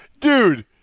Dude